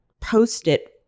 Post-it